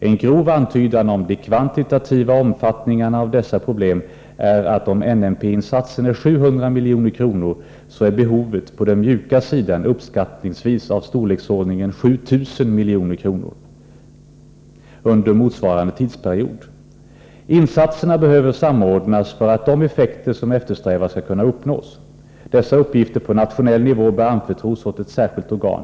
En grov antydan om de kvantitativa omfattningarna av dessa problem är att om NMP-insatsen är 700 milj.kr. är behovet på den mjuka sidan uppskattningsvis av storleksordningen 7 000 milj.kr. under motsvarande tidsperiod. Insatserna behöver samordnas för att de effekter som eftersträvas skall kunna uppnås. Dessa uppgifter på nationell nivå bör anförtros åt ett särskilt organ.